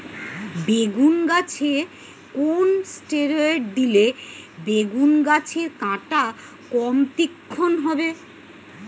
বেগুন গাছে কোন ষ্টেরয়েড দিলে বেগু গাছের কাঁটা কম তীক্ষ্ন হবে?